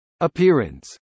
Appearance